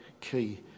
key